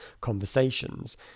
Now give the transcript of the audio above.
conversations